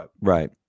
Right